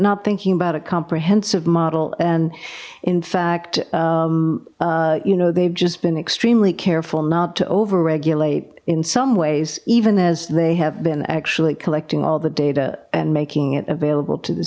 not thinking about a comprehensive model and in fact you know they've just been extremely careful not to over regulate in some ways even as they have been actually collecting all the data and making it available to the